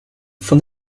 for